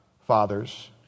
fathers